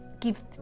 give